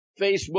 Facebook